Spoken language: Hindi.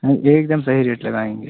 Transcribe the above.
हम एक दम सही रेट लगाएँगे